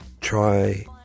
try